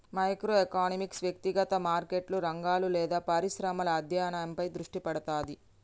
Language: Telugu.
మైక్రో ఎకనామిక్స్ వ్యక్తిగత మార్కెట్లు, రంగాలు లేదా పరిశ్రమల అధ్యయనంపై దృష్టి పెడతది